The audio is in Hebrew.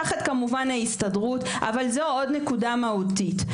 תחת כמובן ההסתדרות אבל זאת נקודה מהותית.